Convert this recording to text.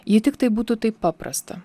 jei tiktai būtų taip paprasta